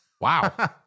Wow